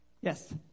Yes